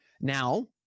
now